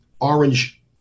orange